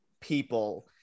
people